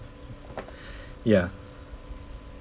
ya